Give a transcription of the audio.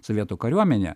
sovietų kariuomenė